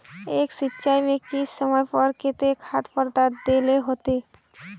एक सिंचाई में किस समय पर केते खाद पदार्थ दे ला होते?